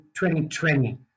2020